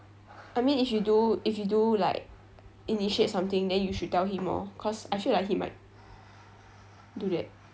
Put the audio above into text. I mean if you do if you do like initiate something then you should tell him orh cause I feel like he might do that